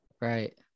Right